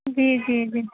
جی جی جی